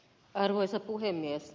arvoisa puhemies